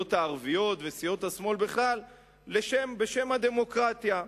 הסיעות הערביות וסיעות השמאל בכלל בשם הדמוקרטיה.